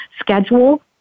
schedule